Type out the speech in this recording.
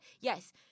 yes